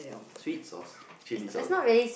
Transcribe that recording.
sweet sauce chilli sauce ah